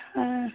हाँ